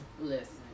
listen